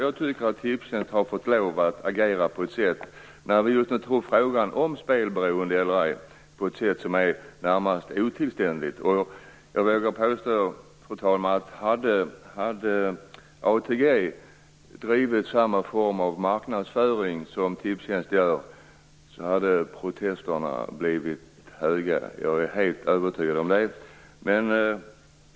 Jag tycker att Tipstjänst, när det gäller frågan om spelberoende, har fått agera på sätt som är närmast otillständigt. Jag vågar påstå, fru talman, att om ATG hade bedrivit samma slags marknadsföring som Tipstjänst gör, hade protesterna blivit högljudda. Jag är helt övertygad om det.